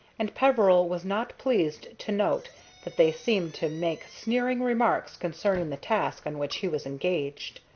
and peveril was not pleased to note that they seemed to make sneering remarks concerning the task on which he was engaged.